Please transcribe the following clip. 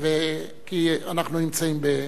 תודה רבה.